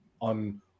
on